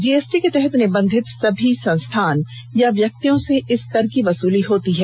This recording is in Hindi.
जीएसटी के तहत निबंधित सभी संस्थान या व्यक्तियों से इस कर की वसूली होती है